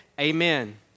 Amen